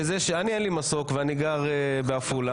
לי אין מסוק ואני גר בעפולה.